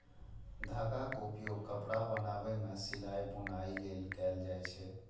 धागाक उपयोग कपड़ा बनाबै मे सिलाइ, बुनाइ लेल कैल जाए छै